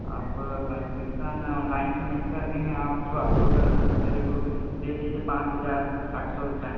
अब concession online payment कर रही हैं आप तो आप टोटल मेरे को दे दीजिए पांच हज़ार आठ सौ रुपये